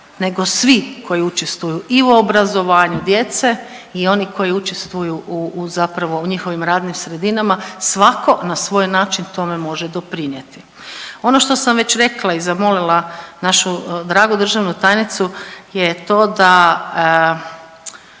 nego svi koji učestvuju i u obrazovanju djece i oni koji učestvuju zapravo u njihovim radnim sredinama svako na svoj način tome može doprinijeti. Ono što sam već rekla i zamolila našu dragu državnu tajnicu je to da